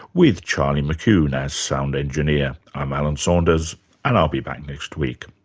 with charlie mckune as sound engineer. i'm alan saunders and i'll be back next week